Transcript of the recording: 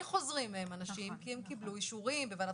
חוזרים מהן אנשים כי הם קיבלו אישורים בוועדת